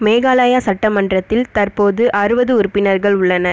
மேகாலயா சட்டமன்றத்தில் தற்போது அறுபது உறுப்பினர்கள் உள்ளனர்